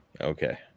Okay